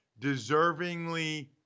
Deservingly